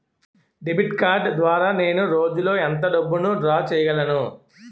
Debit card ద్వారా నేను రోజు లో ఎంత డబ్బును డ్రా చేయగలను?